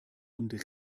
und